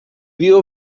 viu